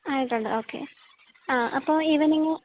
ആയിട്ടുണ്ട് ഓക്കേ ആ അപ്പോള് ഇത്